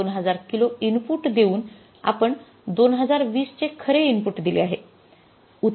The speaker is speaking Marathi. २००० किलो इनपुट देऊन आपण २०२० चे खरे इनपुट दिले आहे